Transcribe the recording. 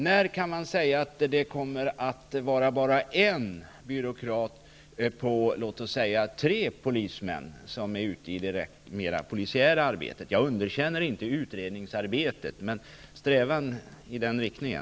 När går det att säga att det finns en byråkrat på, låt oss säga, tre polismän som är ute i det direkt polisiära arbetet? Jag underkänner inte utredningsarbetet, men går strävan i den riktningen?